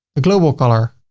the global color,